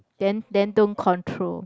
then then don't control